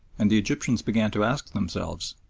and the egyptians began to ask themselves,